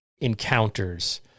encounters